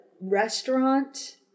restaurant